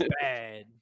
bad